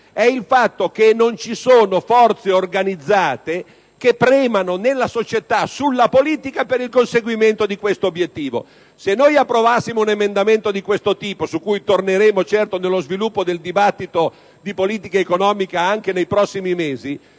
Il fatto che non ci siano forze organizzate che premano nella società sulla politica per il conseguimento di quest'obiettivo. Se approvassimo un emendamento o soluzioni di questo tipo - su cui torneremo, certo, nello sviluppo del dibattito di politica economica, anche nei prossimi mesi